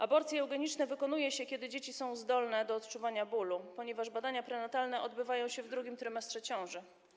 Aborcje eugeniczne wykonuje się, kiedy dzieci są zdolne do odczuwania bólu, ponieważ badania prenatalne odbywają się w drugim trymestrze ciąży.